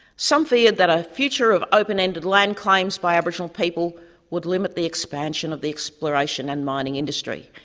some feared that a future of open-ended land claims by aboriginal people would limit the expansion of the exploration and mining industry,